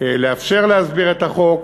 לאפשר להסדיר את החוק